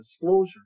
disclosure